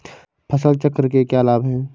फसल चक्र के क्या लाभ हैं?